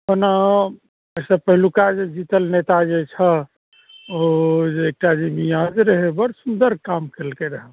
ओना अइसँ पहिलुका जे जीतल नेता जे छह ओ जे एक टा मियाँ जे रहय बड़ सुन्दर काम कयलकय रहय